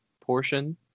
portion